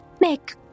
make